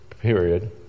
period